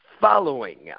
following